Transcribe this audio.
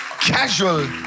casual